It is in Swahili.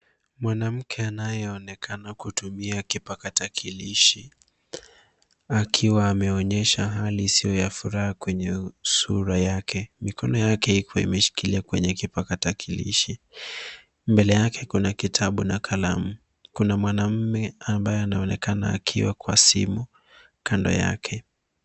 Mwanamke anayeonekana kutumia kipakatakilishi akiwa ameonyesha hali isiyo ya furaha kwenye sura yake. Mikono yake iko imeshikilia kwenye kipakatakilishi. Mbele yake kuna kitabu na kalamu. Kuna mwanamume ambaye anaonekana akiwa kwa simu kando yake.